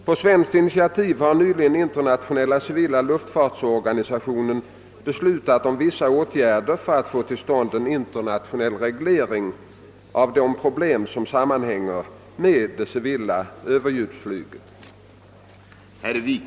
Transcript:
På svenskt initiativ har nyligen Internationella civila luftfartsorganisationen beslutat om vissa åtgärder för att få till stånd en internationell reglering av de problem som sammanhänger med det civila överljudsflyget.